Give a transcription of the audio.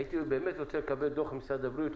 הייתי באמת רוצה לקבל דוח ממשרד הבריאות,